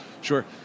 Sure